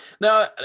Now